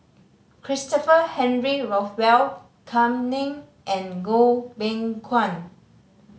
Christopher Henry Rothwell Kam Ning and Goh Beng Kwan